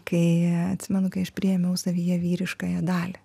kai atsimenu kai aš priėmiau savyje vyriškąją dalį